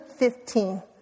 15